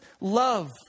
love